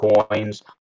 coins